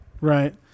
Right